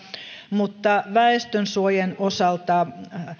mutta väestönsuojien osalta